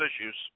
issues